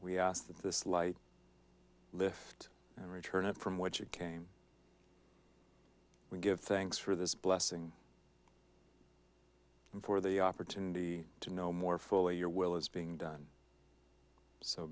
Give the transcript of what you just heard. that this light lift and return it from what you came to give thanks for this blessing and for the opportunity to know more fully your will is being done so